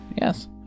Yes